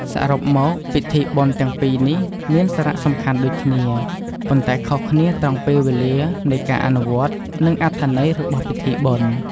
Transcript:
សរុបមក ពិធីបុណ្យទាំងពីរនេះមានសារៈសំខាន់ដូចគ្នា ប៉ុន្តែខុសគ្នាត្រង់ពេលវេលានៃការអនុវត្ត និងអត្ថន័យរបស់ពិធីបុណ្យ។